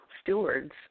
stewards